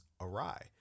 awry